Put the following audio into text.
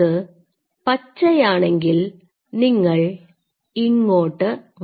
അത് പച്ച യാണെങ്കിൽ നിങ്ങൾ ഇങ്ങോട്ട് വരണം